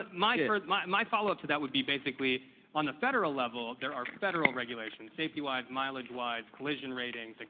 but my first my follow-up to that would be basically on the federal level, there are federal regulations safety-wise, mileage-wise, collision ratings. like